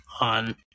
on